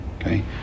Okay